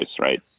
right